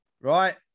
right